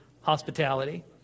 hospitality